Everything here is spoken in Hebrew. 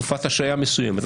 תקופת השהייה מסוימת,